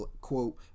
quote